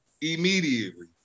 immediately